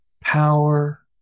power